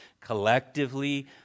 collectively